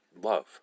love